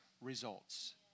results